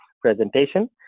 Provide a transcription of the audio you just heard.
presentation